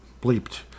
bleeped